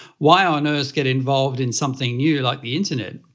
why on earth get involved in something new like the internet?